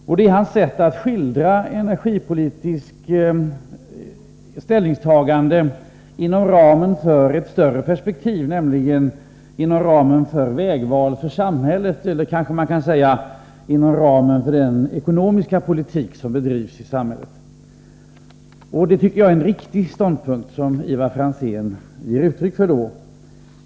Det är Ivar Franzéns sätt att skildra ett energipolitiskt ställningstagande inom ramen för ett större perspektiv, nämligen inom ramen för vägval för samhället eller, som man kanske också kan säga, inom ramen för den ekonomiska politik som bedrivs i samhället. Det är en riktig ståndpunkt som Ivar Franzén här ger uttryck för.